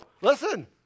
listen